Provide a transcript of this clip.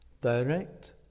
direct